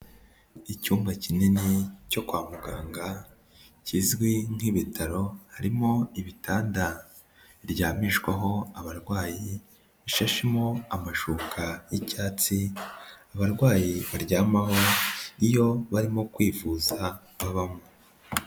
Icyumba kinini cyo kwa muganga kizwi nk'ibitaro, harimo ibitanda biryamishwaho abarwayi, bishashemo amashuka y'icyatsi, abarwayi baryamaho iyo barimo kwivuza babamo.